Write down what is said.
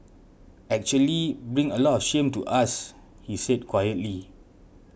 actually bring a lot of shame to us he said quietly